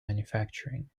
manufacturing